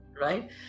right